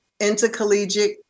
intercollegiate